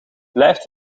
blijft